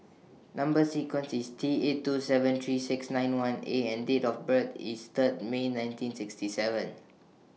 Number sequence IS T eight two seven three six nine one A and Date of birth IS Third May nineteen sixty seven